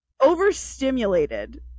Overstimulated